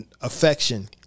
affection